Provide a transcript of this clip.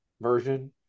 version